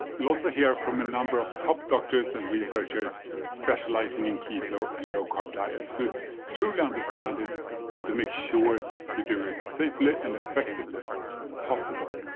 you'll also hear from a number of top doctors and researchers specializing in keto and low-carb diets who truly understand it and to make sure you do it as safely and effectively as possible.